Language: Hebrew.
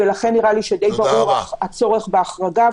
-- לכן נראה לי די ברור הצורך בהחרגה,